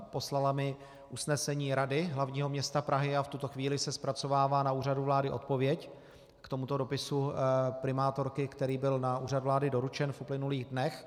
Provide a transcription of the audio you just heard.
Poslala mi usnesení Rady hlavního města Prahy a v tuto chvíli se zpracovává na Úřadu vlády odpověď k tomuto dopisu primátorky, který byl na Úřad vlády doručen v uplynulých dnech.